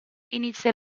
inizia